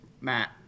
Matt